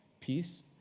Peace